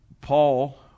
Paul